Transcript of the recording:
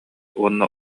уонна